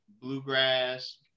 Bluegrass